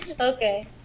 Okay